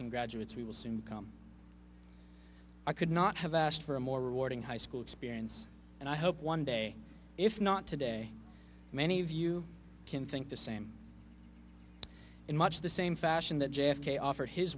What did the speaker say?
g graduates we will soon become i could not have asked for a more rewarding high school experience and i hope one day if not today many of you can think the same in much the same fashion that j f k offered his